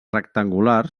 rectangulars